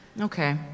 Okay